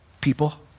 People